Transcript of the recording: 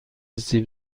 سیب